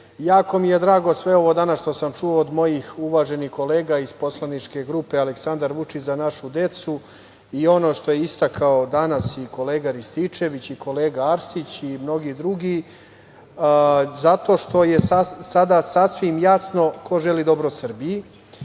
jako mi je drago sve ovo što sam danas čuo od mojih uvaženih kolega iz poslaničke grupe Aleksandar Vučić – Za našu decu, i ono što je istakao danas i kolega Rističević i kolega Arsić i mnogi drugi, zato što je sada sasvim jasno ko želi dobro Srbiji,